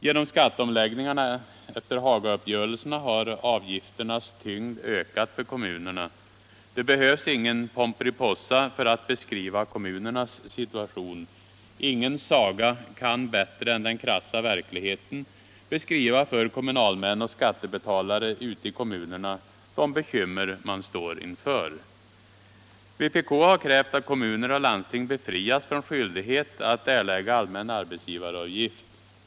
Genom skatteomläggningarna efter Hagauppgörelserna har avgifternas tyngd ökat för kommunerna. Det behövs ingen Pomperipossa för att beskriva kommunernas situation. Ingen saga kan bättre än den krassa verkligheten beskriva för kommunalmän och skattebetalare ute i kommunerna de bekymmer man står inför. Vpk har krävt att kommuner och landsting befrias från skyldighet Kommunernas ekonomi Kommunernas ekonomi att erlägga allmän arbetsgivaravgift.